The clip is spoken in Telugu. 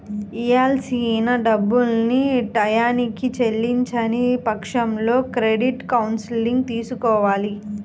ఇయ్యాల్సిన డబ్బుల్ని టైయ్యానికి చెల్లించని పక్షంలో క్రెడిట్ కౌన్సిలింగ్ తీసుకోవాలి